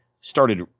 started